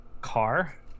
Car